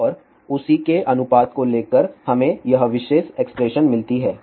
और उसी के अनुपात को ले कर हमें यह विशेष एक्सप्रेशन मिलती है